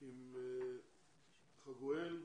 עם חגואל.